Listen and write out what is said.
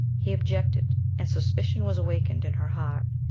he objected, and suspicion was awakened in her heart,